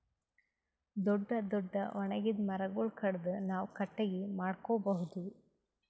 ದೊಡ್ಡ್ ದೊಡ್ಡ್ ಒಣಗಿದ್ ಮರಗೊಳ್ ಕಡದು ನಾವ್ ಕಟ್ಟಗಿ ಮಾಡ್ಕೊಬಹುದ್